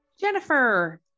Jennifer